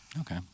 Okay